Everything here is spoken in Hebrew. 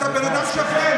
אתה בן אדם שפל.